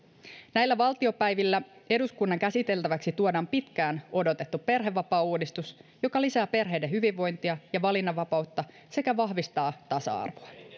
elämää näillä valtiopäivillä eduskunnan käsiteltäväksi tuodaan pitkään odotettu perhevapaauudistus joka lisää perheiden hyvinvointia ja valinnanvapautta sekä vahvistaa tasa arvoa